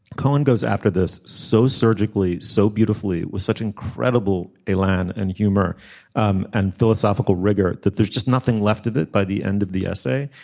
cohen goes after this so surgically so beautifully with such incredible ilan and humor um and philosophical rigour that there's just nothing left of it by the end of the essay.